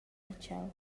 tertgau